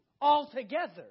altogether